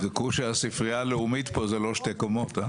תבדקו שהספרייה הלאומית פה זה לא שתי קומות.